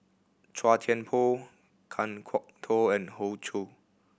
Chua Thian Poh Kan Kwok Toh and Hoey Choo